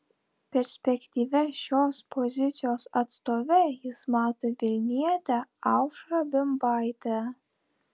perspektyvia šios pozicijos atstove jis mato vilnietę aušrą bimbaitę